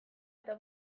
eta